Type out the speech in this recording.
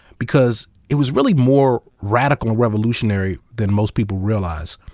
because it was really more radical and revolutionary than most people realize.